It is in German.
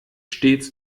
stets